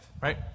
right